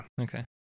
Okay